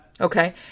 Okay